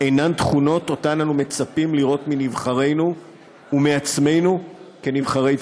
אינן תכונות שאנו מצפים לראות בנבחרינו ובעצמנו כנבחרי ציבור?